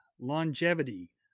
longevity